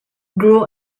grow